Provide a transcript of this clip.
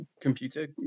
computer